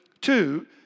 two